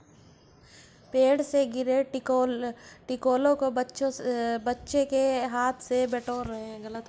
पेड़ से गिरे टिकोलों को बच्चे हाथ से बटोर रहे हैं